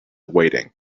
weighting